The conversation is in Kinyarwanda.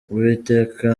uwiteka